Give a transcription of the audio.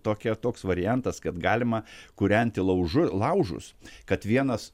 tokia toks variantas kad galima kūrenti laužu laužus kad vienas